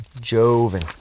Joven